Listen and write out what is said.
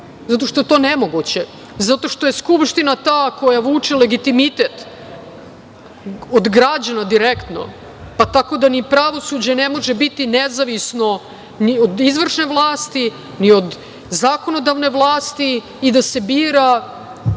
zato što je to nemoguće. Zato što je Skupština ta koja vuče legitimitet od građana direktno, tako da ni pravosuđe ne može biti nezavisno ni od izvršne vlasti, ni od zakonodavne vlasti i da se bira,